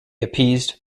appeased